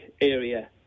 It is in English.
area